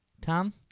Tom